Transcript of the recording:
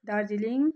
Darjeeling